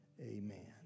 amen